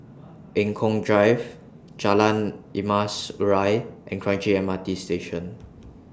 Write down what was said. Eng Kong Drive Jalan Emas Urai and Kranji M R T Station